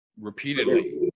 repeatedly